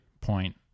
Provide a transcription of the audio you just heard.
point